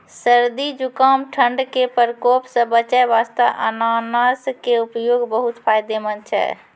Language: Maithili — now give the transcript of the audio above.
सर्दी, जुकाम, ठंड के प्रकोप सॅ बचै वास्तॅ अनानस के उपयोग बहुत फायदेमंद छै